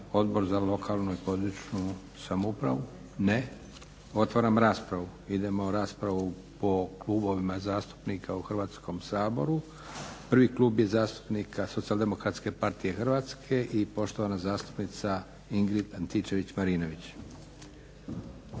Odbor za lokalnu i područnu (regionalnu) samoupravu? Ne. Otvaram raspravu. Idemo u raspravu po klubovima zastupnika u Hrvatskom saboru. Prvi klub je zastupnika SDP-a i poštovana zastupnica Ingrid Antičević-Marinović.